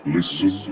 Listen